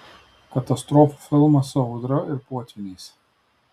katastrofų filmas su audra ir potvyniais